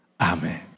Amen